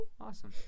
Awesome